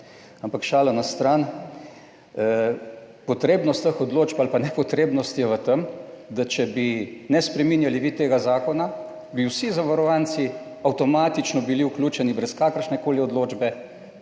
Ampak šalo na stran. Potrebnost teh odločb ali pa nepotrebnost je v tem, da če bi ne spreminjali vi tega zakona, bi vsi zavarovanci avtomatično bili vključeni brez kakršnekoli odločbe